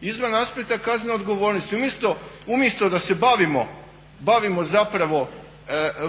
Izvan aspekta kaznene odgovornosti. Umjesto da se bavimo zapravo